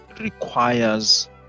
requires